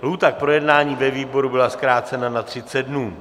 Lhůta k projednání ve výboru byla zkrácena na 30 dnů.